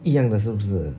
一样的是不是